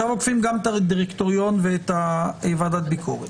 עכשיו עוקפים את הדירקטוריון ואת ועדת ביקורת.